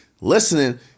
listening